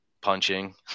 punching